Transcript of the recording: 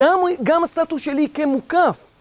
גם הסטטוס שלי כמוקף.